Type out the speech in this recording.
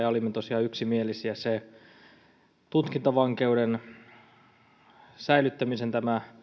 ja olimme tosiaan yksimielisiä tutkintavankeudessa säilyttämisen